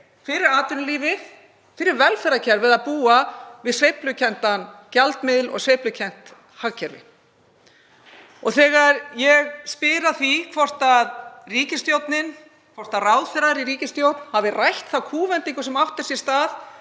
fyrir atvinnulífið, fyrir velferðarkerfið, að búa við sveiflukenndan gjaldmiðil og sveiflukennt hagkerfi. Þegar ég spyr að því hvort ráðherrar í ríkisstjórn hafi rætt þá kúvendingu sem átti sér stað